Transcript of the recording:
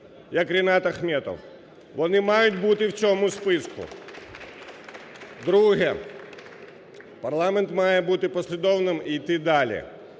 як Рінат Ахметов. Вони мають бути в цьому списку. Друге. Парламент має бути послідовним і йти далі.